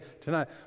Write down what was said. tonight